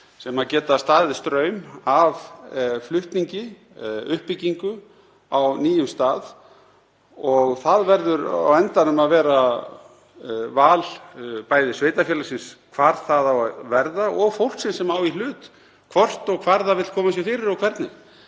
sem geta staðið straum af flutningi og uppbyggingu á nýjum stað. Það verður á endanum að vera val, bæði sveitarfélagsins, hvar það á að verða, og fólksins sem á í hlut, hvort og hvar það vill koma sér fyrir og hvernig.